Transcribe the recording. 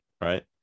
right